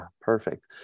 perfect